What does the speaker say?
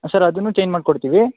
sir ಅದನ್ನು change ಮಾಡ್ಕೊಡ್ತಿವಿ